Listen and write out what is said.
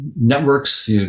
networks